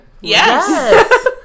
Yes